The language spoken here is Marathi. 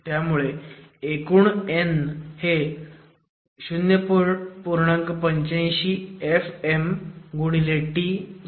त्यामुळे एकूण N हे 0